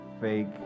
fake